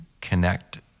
connect